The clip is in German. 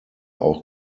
auch